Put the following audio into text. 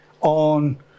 on